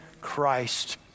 Christ